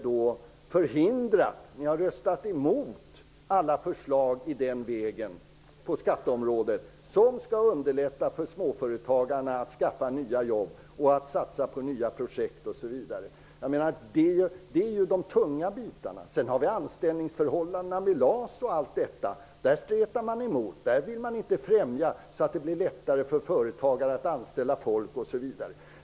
Ni har röstat emot alla förslag på skatteområdet som skulle underlätta för småföretagarna att skapa nya jobb, att satsa på nya projekt, osv. Det är de tunga bitarna. Till det kommer anställningsförhållandena, LAS och allt detta; även där stretar ni emot. Ni vill inte se till att det blir lättare för företagare att anställa folk, osv.